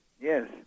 Yes